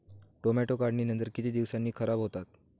Tomato काढणीनंतर किती दिवसांनी खराब होतात?